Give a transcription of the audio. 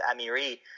Amiri